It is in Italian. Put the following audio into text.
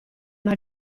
una